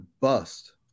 bust